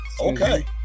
okay